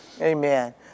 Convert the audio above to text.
Amen